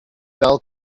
bell